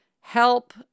help